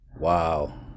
Wow